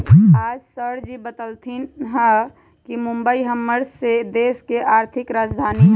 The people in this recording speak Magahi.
आज सरजी बतलथिन ह कि मुंबई हम्मर स के देश के आर्थिक राजधानी हई